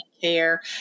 care